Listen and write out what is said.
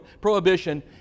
prohibition